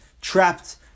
trapped